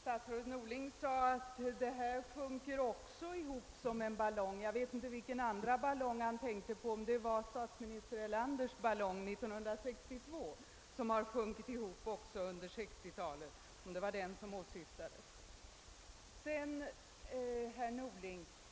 Statsrådet Norling sade: »Det här sjunker också ihop som en ballong.» Jag vet inte vilken annan ballong han tänkte på. Var det statsminister Erlanders ballong 1962 — den har ju också sjunkit ihop under 1960-talet — som åsyftades?